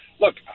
look